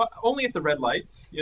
only at the red lights, yeah